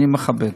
אני מכבד.